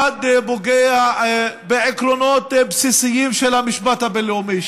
1. פוגע בעקרונות בסיסיים של המשפט הבין-לאומי,